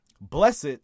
Blessed